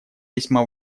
весьма